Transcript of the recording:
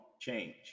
change